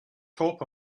top